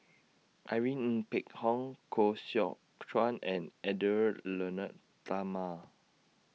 Irene Ng Phek Hoong Koh Seow Chuan and Edwy Lyonet Talma